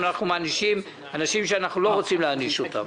אנחנו מענישים אנשים שאנחנו לא רוצים להעניש אותם.